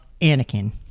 Anakin